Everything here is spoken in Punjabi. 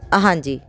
ਹਾਂਜੀ